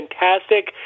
fantastic